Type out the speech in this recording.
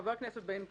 חבר הכנסת בן גביר,